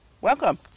Welcome